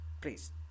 Please